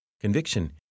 Conviction